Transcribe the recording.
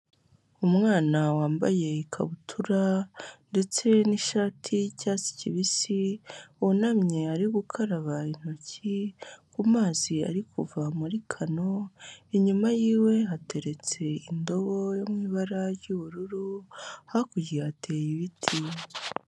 Umwana wambaye ikabutura ndetse n'ishati y'icyatsi kibisi, wunamye ari gukaraba intoki ku mazi ari kuva muri kano, inyuma yiwe hateretse indobo yo mu ibara ry'ubururu, hakurya hateye ibiti.